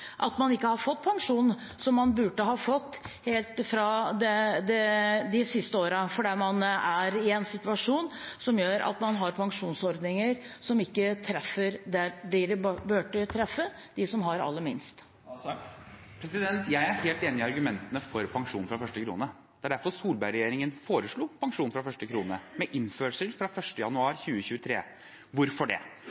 fått pensjon – som de burde fått – de siste årene, fordi man har pensjonsordninger som ikke treffer dem det burde treffe: de som har aller minst. Jeg er helt enig i argumentene for pensjon fra første krone, det er derfor Solberg-regjeringen foreslo pensjon fra første krone innført fra 1. januar 2023. Hvorfor det? Det er to grunner: For det første